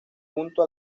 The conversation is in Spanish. junto